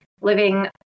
living